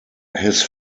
his